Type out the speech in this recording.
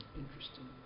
interesting